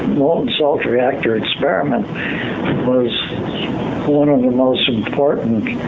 molten salt reactor experiment was one of the most important